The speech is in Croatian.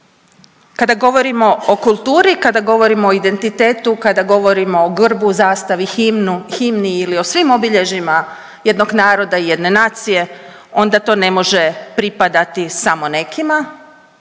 kada govorimo o kulturi i kada govorimo o identitetu, kada govorimo o grbu, zastavi, himni ili o svim obilježjima jednog naroda i jedne nacije onda to ne može pripadati samo nekima,